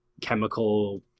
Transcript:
chemical